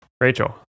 Rachel